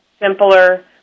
simpler